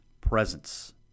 presence